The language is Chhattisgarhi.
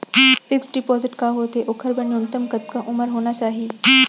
फिक्स डिपोजिट का होथे ओखर बर न्यूनतम कतका उमर होना चाहि?